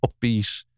upbeat